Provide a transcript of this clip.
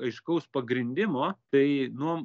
aiškaus pagrindimo tai nu